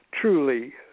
truly